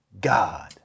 God